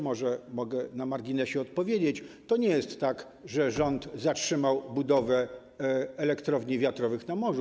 Mogę na marginesie odpowiedzieć, to nie jest tak, że rząd zatrzymał budowę elektrowni wiatrowych na morzu.